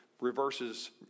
reverses